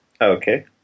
okay